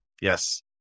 Yes